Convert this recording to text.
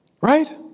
right